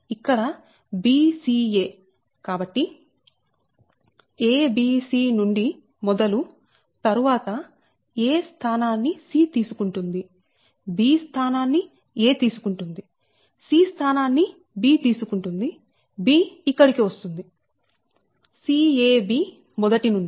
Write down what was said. కాబట్టి a b c నుండి మొదలు తరువాత a స్థానాన్ని c తీసుకుంటుంది b స్థానాన్ని a తీసుకుంటుంది c స్థానాన్ని b తీసుకుంటుంది b ఇక్కడికి వస్తుంది c a b మొదటి నుండి